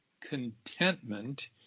contentment